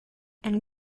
and